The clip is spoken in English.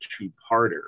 two-parter